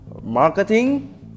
Marketing